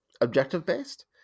objective-based